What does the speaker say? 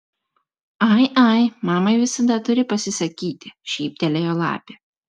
ai ai mamai visada turi pasisakyti šyptelėjo lapė